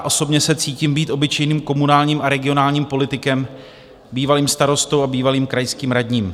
Osobně se cítím být obyčejným komunálním a regionálním politikem, bývalým starostou a bývalým krajským radním.